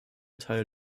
teil